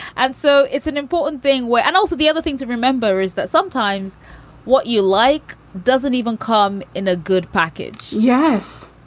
and so it's an important thing. and also, the other thing to remember is that sometimes what you like doesn't even come in a good package. yes,